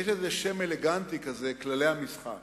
ויש לזה שם אלגנטי כזה: כללי המשחק,